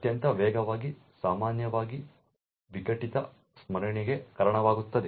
ಅತ್ಯಂತ ವೇಗವಾಗಿ ಸಾಮಾನ್ಯವಾಗಿ ವಿಘಟಿತ ಸ್ಮರಣೆಗೆ ಕಾರಣವಾಗುತ್ತದೆ